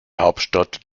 hauptstadt